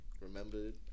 remembered